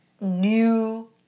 new